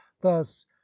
thus